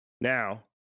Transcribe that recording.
Now